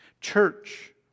Church